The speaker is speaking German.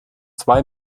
zwei